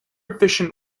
efficient